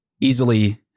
easily